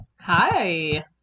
Hi